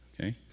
okay